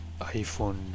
iPhone